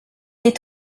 est